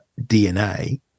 DNA